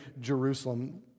Jerusalem